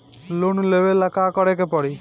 Loan लेवे ला का करे के पड़ी?